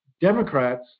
Democrats